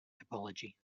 topology